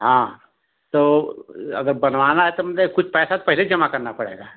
हाँ तो अगर बनवाना है तो मतलब कुछ पैसा तो पहले जमा करना पड़ेगा